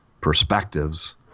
perspectives